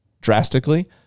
drastically